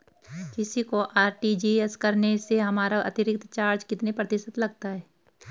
किसी को आर.टी.जी.एस करने से हमारा अतिरिक्त चार्ज कितने प्रतिशत लगता है?